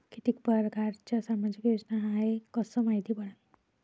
कितीक परकारच्या सामाजिक योजना हाय कस मायती पडन?